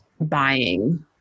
buying